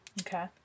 Okay